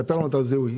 ספר לנו על הזיהוי.